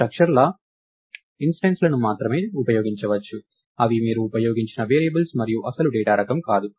మీరు స్ట్రక్చర్ల ఇన్స్టెంన్స్ లను మాత్రమే ఉపయోగించవచ్చు అవి మీరు ఉపయోగించిన వేరియబుల్స్ మరియు అసలు డేటా రకం కాదు